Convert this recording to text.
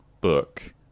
book